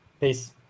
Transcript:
peace